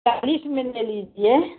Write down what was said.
चालीस में ले लीजिए